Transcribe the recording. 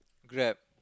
Grab